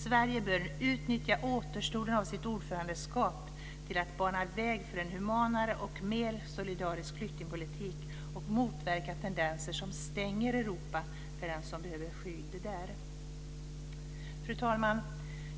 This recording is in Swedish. Sverige bör utnyttja återstoden av sitt ordförandeskap till att bana väg för en humanare och mer solidarisk flyktingpolitik och motverka tendenser som stänger Europa för den som behöver skydd där. Fru talman!